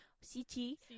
City